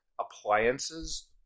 appliances